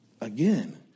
again